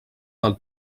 del